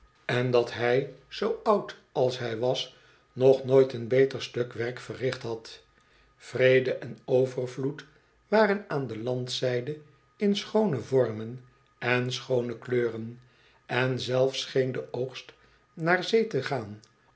en dat hij zoo oud als hij was nog nooit een beter stuk werk verricht had vrede en overvloed waren aan de landzyde in schoone vormen en schoone kleuren en zelfs scheen de oogst naar zee te gaan